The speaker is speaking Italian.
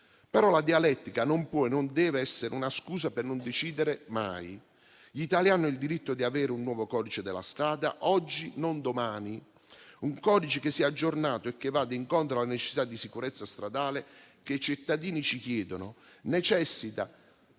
La dialettica, però, non può e non deve essere una scusa per non decidere mai. Gli italiani hanno il diritto di avere un nuovo codice della strada oggi e non domani, un codice che sia aggiornato e che vada incontro alle necessità di sicurezza stradale che i cittadini ci chiedono, necessità